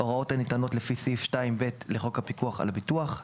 הוראות הניתנות לפי סעיף 2(ב) לחוק הפיקוח על הביטוח;